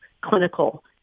clinical